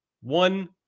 one